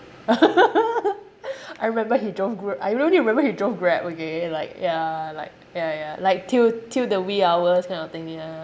I remember he drove gra~ I only remember he drove Grab okay like ya like ya ya like till till the wee hours kind of thing ya